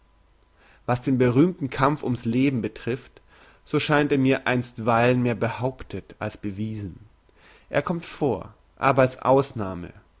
was den berühmten kampf um's leben betrifft so scheint er mir einstweilen mehr behauptet als bewiesen er kommt vor aber als ausnahme